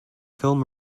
film